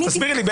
תסבירי לי,